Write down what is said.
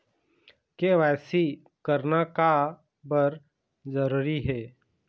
KYC करना का बर जरूरी हे?